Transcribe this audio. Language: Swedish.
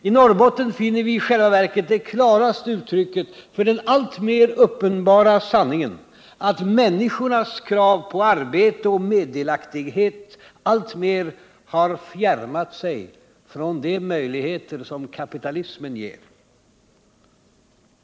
I Norrbotten finner vi i själva verket det klaraste uttrycket för den alltmer uppenbara sanningen, att människornas krav på arbete och meddelaktighet alltmer har fjärmat sig från de möjligheter som kapitalismen ger.